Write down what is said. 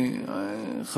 ולערבים.